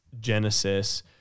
Genesis